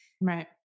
Right